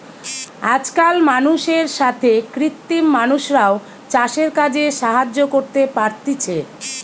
আজকাল মানুষের সাথে কৃত্রিম মানুষরাও চাষের কাজে সাহায্য করতে পারতিছে